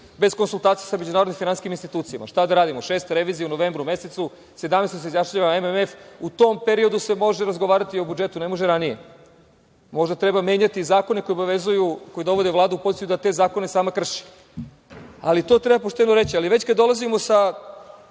bez konsultacije sa međunarodnim finansijskim institucijama, šta da radimo, šesta revizija u novembru mesecu, 17. se izjašnjava MMF, u tom periodu se može razgovarati o budžetu, ne može ranije. Možda treba menjati zakone koji dovode Vladu u poziciju da te zakone sama krši. Ali, to treba pošteno reći. Već kada dolazimo sa